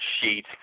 sheet